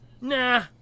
nah